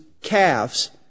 calves